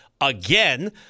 again